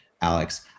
Alex